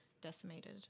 decimated